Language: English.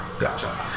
gotcha